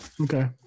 okay